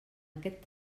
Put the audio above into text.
aquest